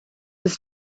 was